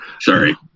sorry